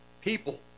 people